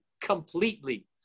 completely